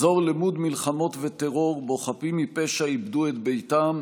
אזור למוד מלחמות וטרור שבו חפים מפשע איבדו את ביתם,